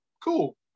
Cool